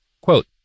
Quote